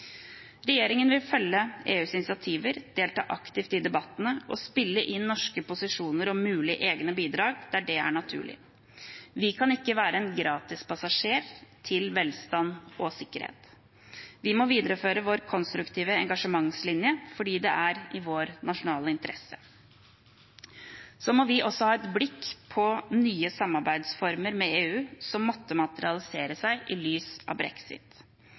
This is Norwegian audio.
Regjeringen vil følge EUs initiativer, delta aktivt i debattene og spille inn norske posisjoner og mulige egne bidrag der det er naturlig. Vi kan ikke være en gratispassasjer til velstand og sikkerhet. Vi må videreføre vår konstruktive engasjementslinje, fordi det er i vår nasjonale interesse. Så må vi også ha et blikk på nye samarbeidsformer med EU som måtte materialisere seg i lys av brexit.